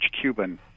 Cuban